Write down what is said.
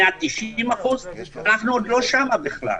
190%. אנחנו עוד לא שם בכלל.